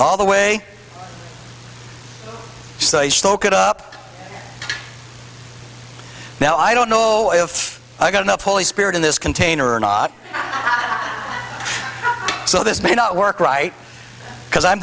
all the way so i spoke it up now i don't know if i got enough holy spirit in this container or not so this may not work right because i'm